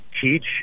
teach